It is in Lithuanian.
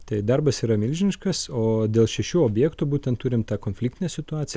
tai darbas yra milžiniškas o dėl šešių objektų būtent turim tą konfliktinę situaciją